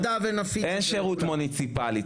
אין שירות מוניציפלי.